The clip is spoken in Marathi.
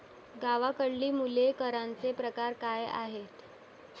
गावाकडली मुले करांचे प्रकार काय आहेत?